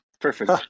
Perfect